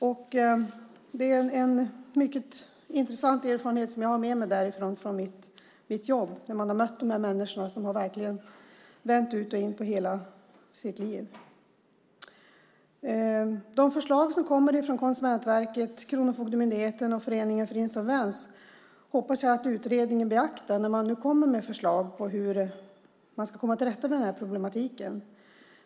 Jag har en mycket intressant erfarenhet från mitt jobb då jag har mött de människor som verkligen har vänt ut och in på hela sitt liv. Jag hoppas att utredningen beaktar de förslag som kommer från Konsumentverket, Kronofogdemyndigheten och föreningen Insolvens om hur man ska komma till rätta med denna problematik.